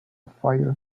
fire